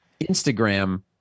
Instagram